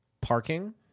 parking